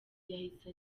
yahise